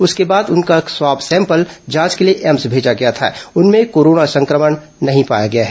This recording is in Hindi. इसके बाद उनका स्वाब सैपल जांच के लिए एम्स रायपुर भेजा गया था उनमें कोरोना संक्रमण नहीं पाया गया है